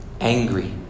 angry